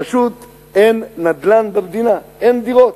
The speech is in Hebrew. פשוט אין נדל"ן במדינה, אין דירות.